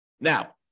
Now